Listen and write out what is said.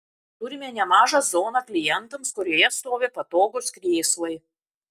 turime nemažą zoną klientams kurioje stovi patogūs krėslai